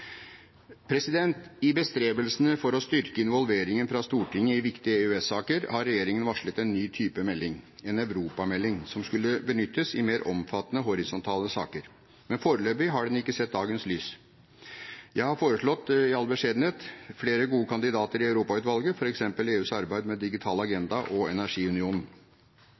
dag. I bestrebelsene på å styrke involveringen fra Stortinget i viktige EØS-saker har regjeringen varslet en ny type melding, en europamelding, som skulle benyttes i mer omfattende, horisontale saker. Men foreløpig har den ikke sett dagens lys. Jeg har– i all beskjedenhet – foreslått flere gode kandidater i Europautvalget, f.eks. EUs arbeid med digital agenda og